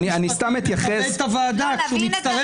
שר המשפטים מכבד את הוועדה כשהוא מצטרף